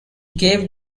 gave